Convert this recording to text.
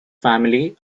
family